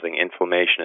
inflammation